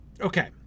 Okay